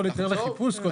חייב.